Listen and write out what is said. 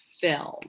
film